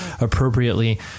appropriately